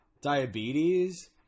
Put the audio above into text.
diabetes